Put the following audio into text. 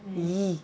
!ee!